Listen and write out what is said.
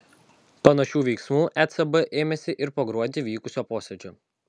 panašių veiksmų ecb ėmėsi ir po gruodį vykusio posėdžio